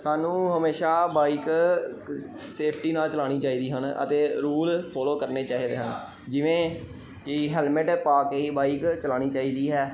ਸਾਨੂੰ ਹਮੇਸ਼ਾਂ bike safety ਨਾਲ ਚਲਾਉਣੀ ਚਾਹੀਦੀ ਹਨ ਅਤੇ ਰੂਲ ਫੋਲੋ ਕਰਨੇ ਚਾਹੀਦੇ ਹਨ ਜਿਵੇਂ ਕਿ ਹੈਲਮੇਟ ਪਾ ਕੇ ਹੀ ਬਾਈਕ ਚਲਾਉਣੀ ਚਾਹੀਦੀ ਹੈ